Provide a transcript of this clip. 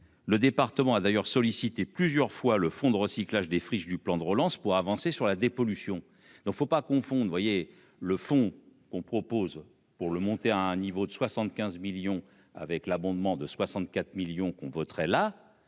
le département a d'ailleurs sollicité plusieurs fois le fond de recyclage des friches du plan de relance pour avancer sur la dépollution, donc faut pas confondre voyez le fond qu'on propose pour le monter à un niveau de 75 millions avec l'abondement de 64 millions qu'on voterait là